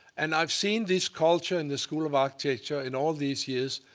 and i've seen this culture in the school of architecture in all these years,